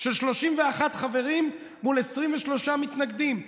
של 31 חברים מול 23 מתנגדים,